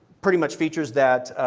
pretty much features that